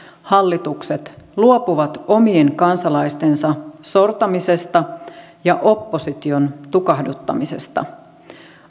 hallitukset luopuvat omien kansalaistensa sortamisesta ja opposition tukahduttamisesta